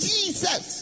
Jesus